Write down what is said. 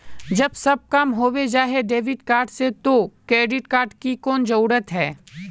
जब सब काम होबे जाय है डेबिट कार्ड से तो क्रेडिट कार्ड की कोन जरूरत है?